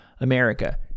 America